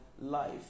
life